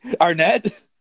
Arnett